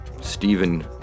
Stephen